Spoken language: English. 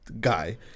guy